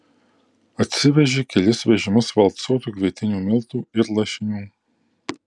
atsivežė kelis vežimus valcuotų kvietinių miltų ir lašinių